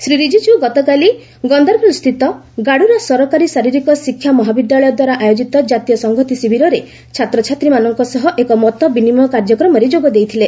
ଶ୍ରୀ ରିଜିଜୁ ଗତକାଲି ଗନ୍ଦରବଲ୍ସ୍ଥିତ ଗାଡ଼ୁରା ସରକାରୀ ଶାରୀରିକ ଶିକ୍ଷା ମହାବିଦ୍ୟାଳୟଦ୍ୱାରା ଆୟୋଜିତ ଜାତୀୟ ସଂହତି ଶିବିରରେ ଛାତ୍ରଛାତ୍ରୀମାନଙ୍କ ସହ ଏକ ମତ ବିନିମୟ କାର୍ଯ୍ୟକ୍ରମରେ ଯୋଗ ଦେଇଥିଲେ